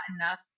enough